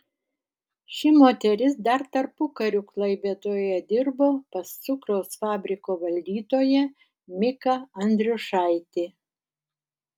ši moteris dar tarpukariu klaipėdoje dirbo pas cukraus fabriko valdytoją miką andriušaitį